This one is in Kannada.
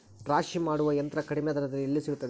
ರಾಶಿ ಮಾಡುವ ಯಂತ್ರ ಕಡಿಮೆ ದರದಲ್ಲಿ ಎಲ್ಲಿ ಸಿಗುತ್ತದೆ?